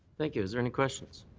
thank you. is there any questions?